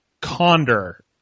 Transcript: Conder